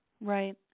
Right